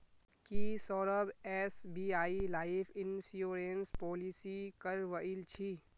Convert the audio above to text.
की Saurabh SBI life insurance policy करवइल छि